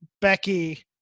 Becky